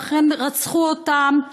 ולכן רצחו אותם.